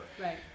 Right